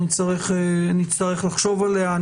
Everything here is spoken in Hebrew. אנחנו נצטרך לחשוב עליה.